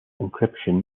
encryption